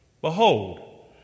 behold